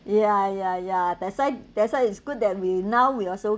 ya ya ya that's why that's why it's good that we now we also